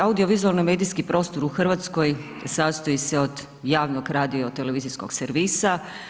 Audiovizualni medijski prostor u Hrvatskoj sastoji se od javnog radiotelevizijskog servisa.